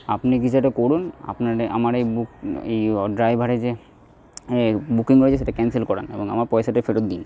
আপনি কি সেটা করুন আপনার এই আমার এই বুক এই ড্রাইভারের যে এ বুকিং রয়েছে সেটা ক্যান্সেল করান এবং আমার পয়সাটা ফেরত দিন